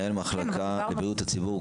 מחלקת בריאות הציבור,